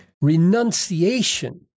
renunciation